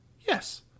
Yes